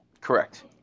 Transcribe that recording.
Correct